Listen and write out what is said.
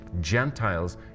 Gentiles